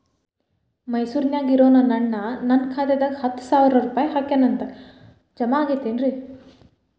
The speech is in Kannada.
ಮೈಸೂರ್ ನ್ಯಾಗ್ ಇರೋ ನನ್ನ ಅಣ್ಣ ನನ್ನ ಖಾತೆದಾಗ್ ಹತ್ತು ಸಾವಿರ ರೂಪಾಯಿ ಹಾಕ್ಯಾನ್ ಅಂತ, ಜಮಾ ಆಗೈತೇನ್ರೇ?